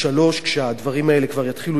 כשהדברים האלה כבר יתחילו להתגלגל,